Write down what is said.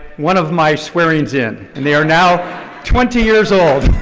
one of my swearings in, and they are now twenty years old.